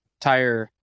tire